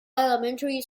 elementary